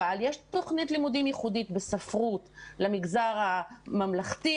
אבל יש תוכנית לימודים ייחודית בספרות למגזר הממלכתי,